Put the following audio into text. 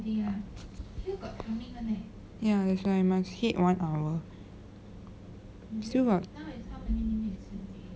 ya that's why must hit one hour still got